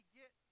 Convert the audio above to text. get